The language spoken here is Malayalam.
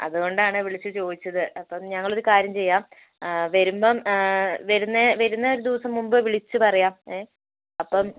അതുകൊണ്ടാണ് വിളിച്ചു ചോദിച്ചത് അപ്പം ഞങ്ങളൊരു കാര്യം ചെയ്യാം വരുമ്പം വരുന്ന വരുന്ന ഒരു ദിവസം മുമ്പ് വിളിച്ചു പറയാം ഏ അപ്പം